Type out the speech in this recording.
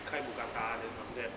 开五 qatar then after that